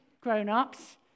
grown-ups